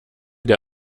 der